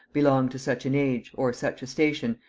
belong to such an age, or such a station,